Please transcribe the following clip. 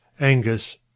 angus